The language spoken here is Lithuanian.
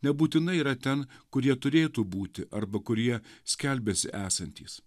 nebūtinai yra ten kur jie turėtų būti arba kurie skelbiasi ęsantys